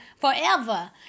forever